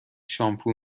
شامپو